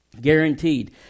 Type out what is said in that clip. Guaranteed